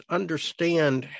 understand